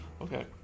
okay